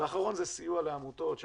ואחרון זה סיוע לעמותות.